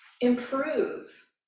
improve